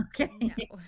okay